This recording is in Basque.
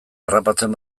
harrapatzen